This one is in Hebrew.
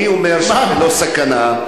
אני אומר שזה לא סכנה.